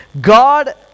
God